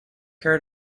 her